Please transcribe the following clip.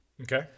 Okay